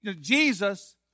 Jesus